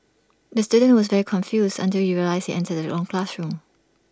the student was very confused until he realised he entered the wrong classroom